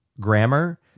grammar